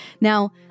Now